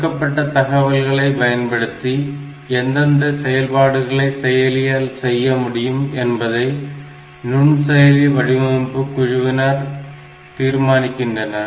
கொடுக்கப்பட்ட தகவல்களை பயன்படுத்தி எந்தெந்த செயல்பாடுகளை செயலியால் செய்ய முடியும் என்பதை நுண்செயலி வடிவமைப்பு குழுவினர் தீர்மானிக்கிறார்கள்